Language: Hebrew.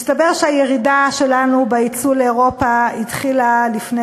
מסתבר שהירידה שלנו בייצוא לאירופה התחילה לפני